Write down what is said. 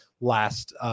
last